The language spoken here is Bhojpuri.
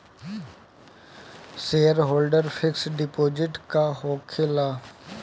सेयरहोल्डर फिक्स डिपाँजिट का होखे ला?